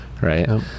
right